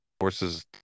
horses